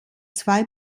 zwei